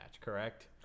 correct